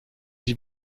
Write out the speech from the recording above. die